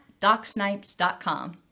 DocSnipes.com